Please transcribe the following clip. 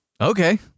Okay